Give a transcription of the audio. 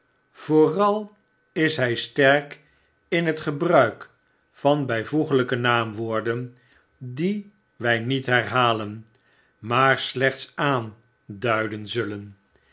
vooral is h sterk in t gebruik van by voeglyke naamwoorden die wy niet herhalen maar slechts aanduiden zullen